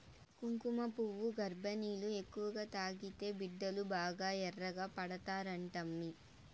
కుంకుమపువ్వు గర్భిణీలు ఎక్కువగా తాగితే బిడ్డలు బాగా ఎర్రగా పడతారంటమ్మీ